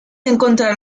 encontrar